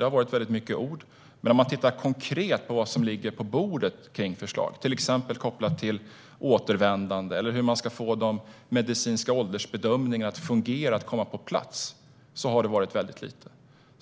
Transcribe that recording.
Det har varit många ord, men om man tittar konkret på vad som ligger på bordet i form av förslag - till exempel kopplat till återvändande eller till hur man ska få de medicinska åldersbedömningarna att fungera och komma på plats - ser man att det har varit väldigt lite.